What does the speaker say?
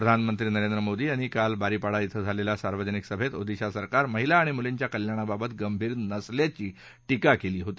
प्रधानमंत्री नरेंद्र मोदी यांनी काल बारीपाडा िंक झालेल्या सार्वजनिक सभेत ओदिशा सरकार महिला आणि मुलींच्या कल्याणाबाबत गंभीर नसल्याची ींका केली होती